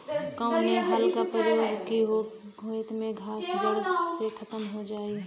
कवने हल क प्रयोग हो कि खेत से घास जड़ से खतम हो जाए?